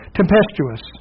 tempestuous